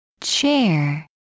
chair